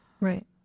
Right